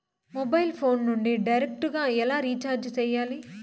mobile phone నుండి direct గా ఎలా రీచార్జి సేయాలి